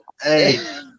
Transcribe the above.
hey